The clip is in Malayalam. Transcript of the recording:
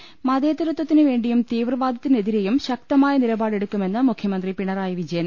എം മതേതരത്തിന് വേണ്ടിയും തീവ്രവാദത്തിനെതിരെയും ശക്ത മായ നിലപാടെടുക്കുമെന്ന് മുഖ്യമന്ത്രി പിണറായി വിജയൻ